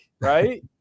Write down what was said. right